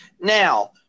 Now